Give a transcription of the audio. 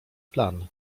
plan